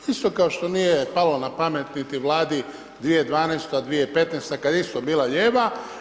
Isto kao što nije palo na pamet niti Vladi 2012., 2015. kad je isto bila lijeva.